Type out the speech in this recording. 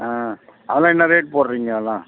ஆ அதெலாம் என்ன ரேட் போடுறீங்க அதெலாம்